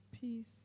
Peace